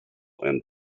and